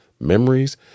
memories